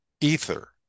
ether